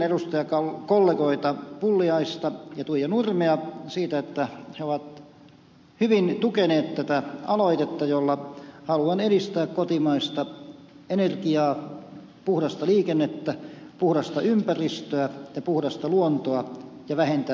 kiitän edustajakollegoita pulliainen ja tuija nurmi siitä että he ovat hyvin tukeneet tätä aloitetta jolla haluan edistää kotimaista energiaa puhdasta liikennettä puhdasta ympäristöä ja puhdasta luontoa ja vähentää